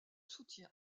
soutien